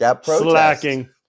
slacking